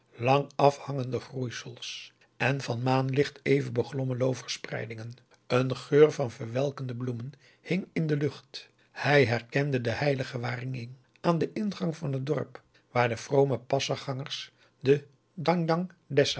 lang afhangende groeisels en van maanlicht even beglommen looverspreidingen een geur van verwelkende bloemen hing in de lucht hij herkende den heiligen waringin aan den ingang van het dorp waar de vrome passar gangers den